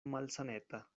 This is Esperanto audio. malsaneta